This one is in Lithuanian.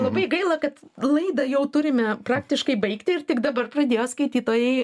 labai gaila kad laidą jau turime praktiškai baigti ir tik dabar pradėjo skaitytojai